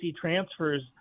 transfers